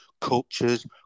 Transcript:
cultures